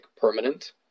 permanent